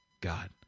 God